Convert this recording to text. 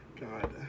God